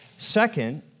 Second